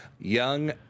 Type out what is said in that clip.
Young